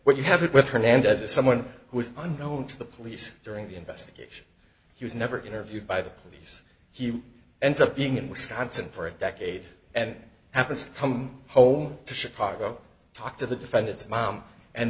what you have had with hernandez is someone who was unknown to the police during the investigation he was never interviewed by the police he ends up being in wisconsin for a decade and happens come home to chicago talk to the defendant's mom and